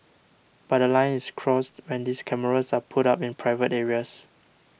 but line is crossed when these cameras are put up in private areas